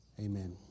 Amen